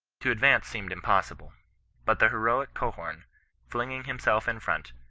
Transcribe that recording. to advance seemed impossible but the heroic gohom, flinging himself in front,